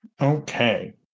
Okay